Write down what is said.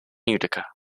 utica